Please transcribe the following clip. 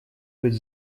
быть